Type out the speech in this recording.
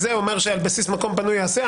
אומר שעל בסיס מקום פנוי ייעשה.